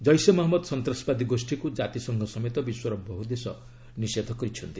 ଜୈସେ ମହମ୍ମଦ ସନ୍ତାସବାଦୀ ଗୋଷ୍ଠୀକୁ କାତିସଂଘ ସମେତ ବିଶ୍ୱର ବହୁ ଦେଶ ନିଷେଧ କରିଛନ୍ତି